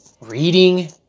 Reading